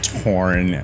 torn